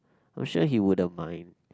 I'm sure he wouldn't mind